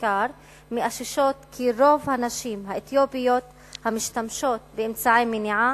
המחקר מאששות כי רוב הנשים האתיופיות המשתמשות באמצעי מניעה,